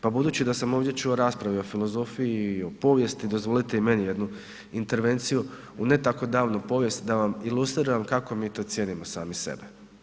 Pa budući da sam ovdje čuo rasprave o filozofiji i o povijesti, dozvolite i meni jednu intervenciju u ne tako davnu povijest da vam ilustriram kako mi to cijenimo sami sebe.